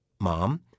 Mom